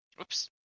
Oops